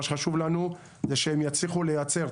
מה שחשוב לנו זה שהם יצליחו לייצור.